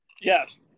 Yes